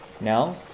Now